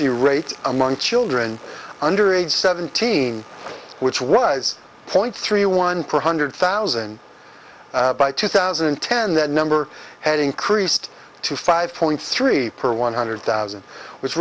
the rate among children under age seventeen which was point three one pro hundred thousand by two thousand and ten that number had increased to five point three per one hundred thousand which